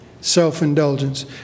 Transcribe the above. self-indulgence